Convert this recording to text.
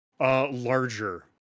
Larger